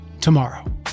tomorrow